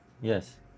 Yes